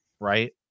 right